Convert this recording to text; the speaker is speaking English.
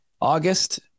August